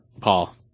Paul